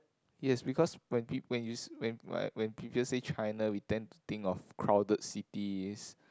yes because when peop~ when you when when people say China we tend to think of crowded cities